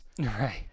right